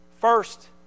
First